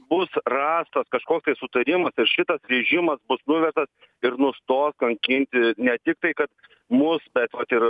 ir bus rastas kažkoks tai sutarimas ir šitas režimas bus nuverstas ir nustos kankinti ne tik tai kad mus bet vat ir